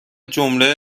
جمله